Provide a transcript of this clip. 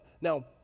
Now